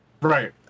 Right